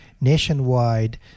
nationwide